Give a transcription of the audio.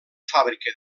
fàbrica